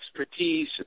expertise